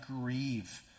grieve